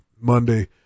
Monday